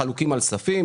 חלוקים על ספים,